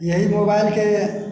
इएह मोबाइलके